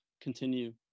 continue